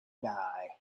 die